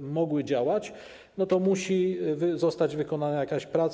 mogły działać, musi zostać wykonana jakaś praca.